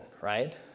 right